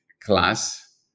class